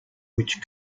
which